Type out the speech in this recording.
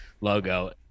logo